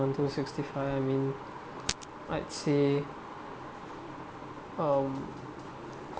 until sixty five I mean I'd say um